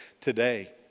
today